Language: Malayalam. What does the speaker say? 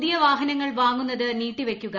പുതിയ വാഹനങ്ങൾ വാങ്ങുന്നത് നീട്ടി വെയ്ക്കുക